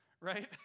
right